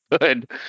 good